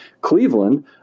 Cleveland